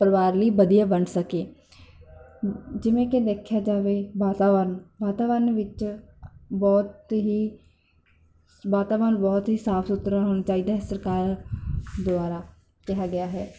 ਪਰਿਵਾਰ ਲਈ ਵਧੀਆ ਬਣ ਸਕੇ ਜਿਵੇਂ ਕਿ ਦੇਖਿਆ ਜਾਵੇ ਵਾਤਾਵਰਣ ਵਾਤਾਵਰਣ ਵਿੱਚ ਬਹੁਤ ਹੀ ਵਾਤਾਵਰਣ ਬਹੁਤ ਹੀ ਸਾਫ਼ ਸੁਥਰਾ ਹੋਣਾ ਚਾਹੀਦਾ ਸਰਕਾਰ ਦੁਆਰਾ ਕਿਹਾ ਗਿਆ ਹੈ